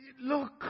look